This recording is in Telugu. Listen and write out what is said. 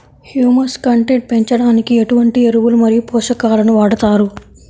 హ్యూమస్ కంటెంట్ పెంచడానికి ఎటువంటి ఎరువులు మరియు పోషకాలను వాడతారు?